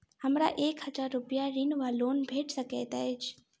हमरा एक हजार रूपया ऋण वा लोन भेट सकैत अछि?